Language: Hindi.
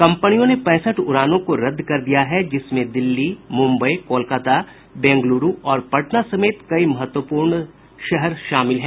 कंपनियों ने पैंसठ उड़ानों को रद्द दिया है जिसमें दिल्ली मुंबई कोलाकाता बैंगलूरू और पटना समेत कई महत्वपूर्ण शहर शामिल हैं